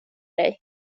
dig